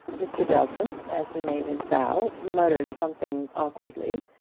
mr. belton as he made his bow muttered something awkwardly,